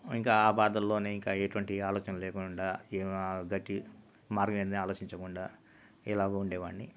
ఇంకా ఆ బాధల్లోనే ఇంకా ఎటువంటి ఆలోచన లేకుండా ఏం గటి మార్గం ఏంది ఆలోచించకుండా ఇలాగ ఉండేవాణ్ణి